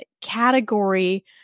category